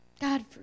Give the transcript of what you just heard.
God